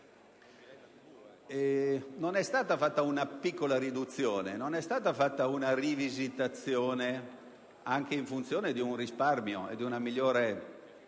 Non stiamo parlando di una piccola riduzione, non è stata fatta una rivisitazione, anche in funzione di un risparmio e di una migliore